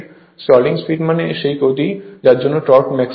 stalling speed মানে হল সেই গতি যার জন্য টর্ক ম্যাক্সিমাম হয়